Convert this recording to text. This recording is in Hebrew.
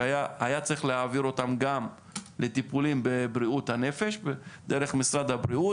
שהיה צריך להעביר אותם גם לטיפולים בבריאות הנפש דרך משרד הבריאות,